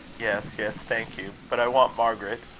yes, yes thank you. but i want margaret.